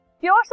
pure